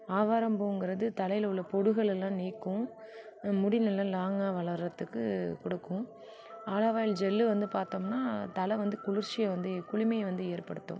ஆவாரம் பூங்கிறது தலையில் உள்ள பொடுகுலாம் நீக்கும் முடி நல்லா லாங்காக வளர்றதுக்கு கொடுக்கும் ஆலோவ் ஆயில் ஜெல் வந்து பார்த்தோம்னா தலை வந்து குளிர்ச்சியை வந்து குளுமைய வந்து ஏற்படுத்தும்